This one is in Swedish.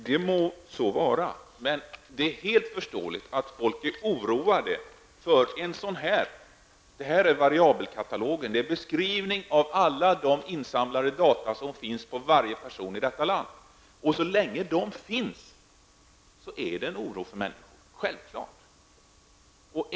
Fru talman! Det må så vara. Det är helt förståeligt att folk är oroade. Jag har här Variabelkatalogen. Det är en beskrivning av alla de insamlade data som finns på varje person i detta land. Så länge dessa data finns utgör de en källa till oro för människorna. Det är självklart.